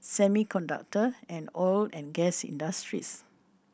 semiconductor and oil and gas industries